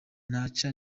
naca